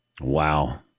Wow